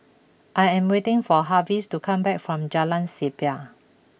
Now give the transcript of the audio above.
I am waiting for Harvie to come back from Jalan Siap